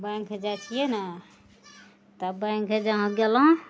bank जाइ छियै ने तब बैंक जहाँ गेलहुँ